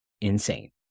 insane